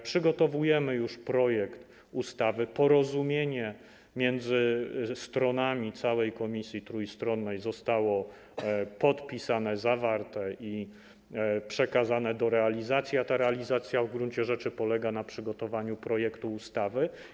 Przygotowujemy już projekt ustawy, porozumienie między stronami całej komisji trójstronnej zostało podpisane, zawarte i przekazane do realizacji, a ta realizacja w gruncie rzeczy polega na przygotowaniu projektu ustawy.